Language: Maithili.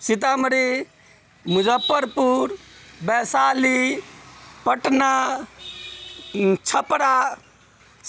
सीतामढ़ी मुजफ्फरपुर वैशाली पटना छपरा